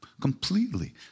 completely